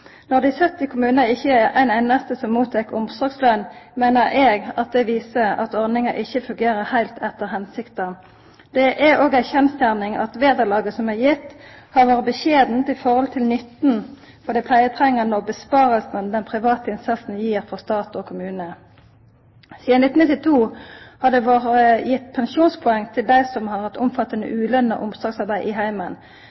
Når det i 70 kommunar ikkje er ein einaste som mottek omsorgsløn, meiner eg at det viser at ordninga ikkje fungerer heilt etter hensikta. Det er òg ei kjensgjerning at vederlaget som er gitt, har vore lite i forhold til nytten for dei pleietrengande og innsparingane den private innsatsen gir for stat og kommune. Sidan 1992 har det blitt gitt pensjonspoeng til dei som har hatt omfattande